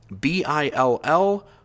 B-I-L-L